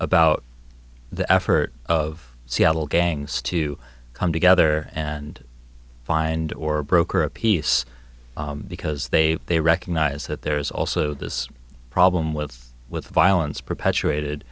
about the effort of seattle gangs to come together and find or broker a peace because they they recognize that there is also this problem with with violence perpetuated